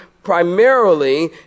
primarily